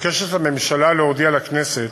מבקשת הממשלה להודיע לכנסת,